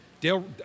Dale